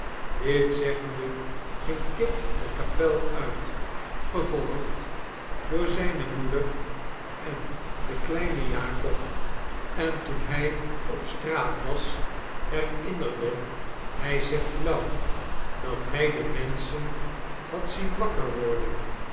en toen hij op straat was herinnerde hij zich flauw dat hij de menschen had zien wakker worden